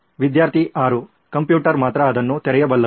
ವಿದ್ಯಾರ್ಥಿ 6 ಕಂಪ್ಯೂಟರ್ ಮಾತ್ರ ಅದನ್ನು ತೆರೆಯಬಲ್ಲದು